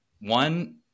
One